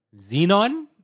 Xenon